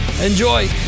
Enjoy